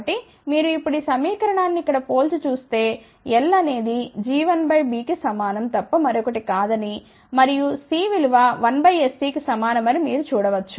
కాబట్టి మీరు ఇప్పుడు ఈ సమీకరణాన్ని ఇక్కడ పోల్చి చూస్తే L అనేదిg1 Bకి సమానం తప్ప మరొకటి కాదని మరియు C విలువ 1 sC కి సమానం అని మీరు చూడ వచ్చు